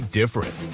different